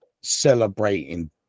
celebrating